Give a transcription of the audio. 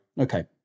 Okay